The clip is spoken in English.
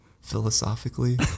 Philosophically